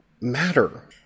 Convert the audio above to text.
matter